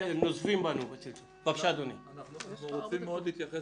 אנחנו רוצים להתייחס